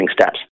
steps